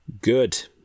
Good